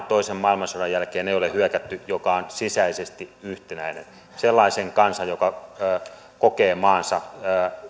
toisen maailmansodan jälkeen ei ole hyökätty yhteenkään maahan mikä on sisäisesti yhtenäinen sellaisesta kansasta joka kokee maansa